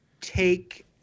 take